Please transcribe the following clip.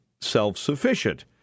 self-sufficient